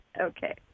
okay